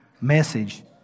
message